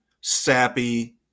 sappy